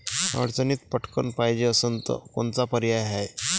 अडचणीत पटकण पायजे असन तर कोनचा पर्याय हाय?